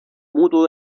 mutuo